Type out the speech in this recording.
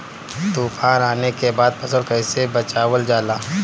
तुफान आने के बाद फसल कैसे बचावल जाला?